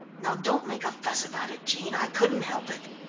now, don't make a fuss about it, jean, i couldn't help it.